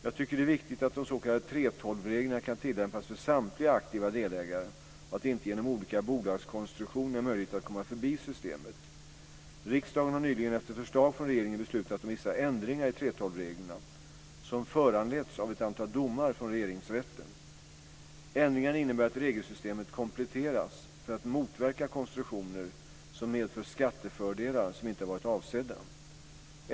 Jag tycker att det är viktigt att de s.k. 3:12-reglerna kan tillämpas för samtliga aktiva delägare och att det inte genom olika bolagskonstruktioner är möjligt att komma förbi systemet. Riksdagen har nyligen efter förslag från regeringen beslutat om vissa ändringar i 3:12-reglerna som föranletts av ett antal domar från Regeringsrätten. Ändringarna innebär att regelsystemet kompletterats för att motverka konstruktioner som medför skattefördelar som inte har varit avsedda.